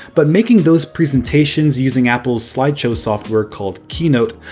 but making those presentations using apple's slideshow software called keynote,